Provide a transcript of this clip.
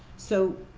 so